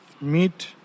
meet